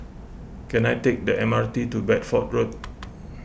can I take the M R T to Bedford Road